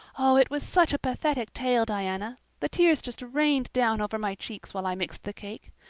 oh, it was such a pathetic tale, diana. the tears just rained down over my cheeks while i mixed the cake.